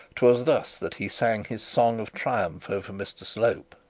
twas thus that he sang his song of triumph over mr slope.